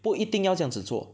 不一定要这样子做